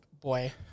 boy